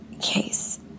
case